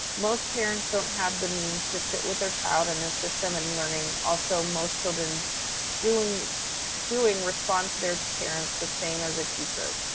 most parents don't have the means to sit with their child and assist them in learning. also, most children doing doing respond to their parents the same as teacher.